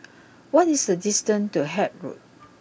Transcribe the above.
what is the distance to Haig Road